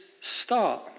start